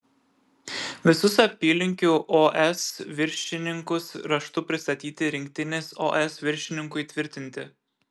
visus apylinkių os viršininkus raštu pristatyti rinktinės os viršininkui tvirtinti